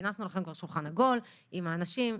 כינסנו לכם כבר שולחן עגול עם האנשים,